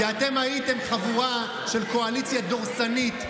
כי אתם הייתם חבורה של קואליציה דורסנית,